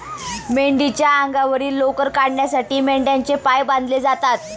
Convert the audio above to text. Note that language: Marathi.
मेंढीच्या अंगावरील लोकर काढण्यासाठी मेंढ्यांचे पाय बांधले जातात